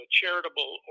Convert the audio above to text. charitable